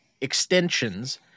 extensions